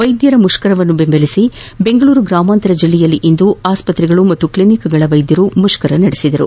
ವೈದ್ಯರ ಮುಷ್ಕರವನ್ನು ಬೆಂಬಲಿಸಿ ಬೆಂಗಳೂರು ಗ್ರಾಮಾಂತರ ಜಿಲ್ಲೆಯಲ್ಲಿಂದು ಆಸ್ಪತ್ರೆ ಹಾಗೂ ಕ್ಲಿನಿಕ್ಗಳ ವೈದ್ಯರು ಮುಷ್ಕರ ನಡೆಸಿದರು